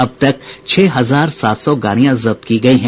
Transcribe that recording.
अब तक छह हजार सात सौ गाड़ियां जब्त की गयी हैं